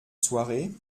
soirée